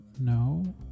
No